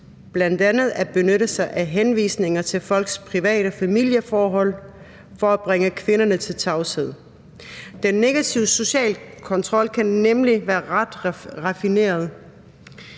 bl.a. at benytte sig af henvisninger til folks private familieforhold for at bringe kvinderne til tavshed. Den negative sociale kontrol kan nemlig være ret raffineret,